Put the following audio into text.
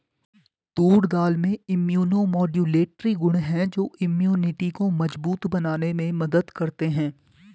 तूर दाल में immunomodulatory गुण हैं जो इम्यूनिटी को मजबूत बनाने में मदद करते है